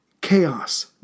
chaos